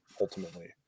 ultimately